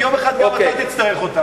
כי יום אחד גם אתה תצטרך אותה.